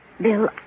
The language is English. Bill